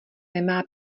nemá